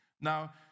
Now